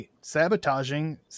sabotaging